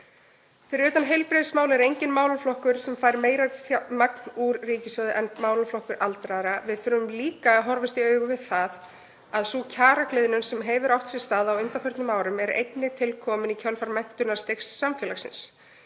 Fyrir utan heilbrigðismál er enginn málaflokkur sem fær meira fjármagn úr ríkissjóði en málaflokkur aldraðra. Við þurfum líka að horfast í augu við það að sú kjaragliðnun sem hefur átt sér stað á undanförnum árum er einnig til komin í kjölfar menntunarstigs samfélagsins.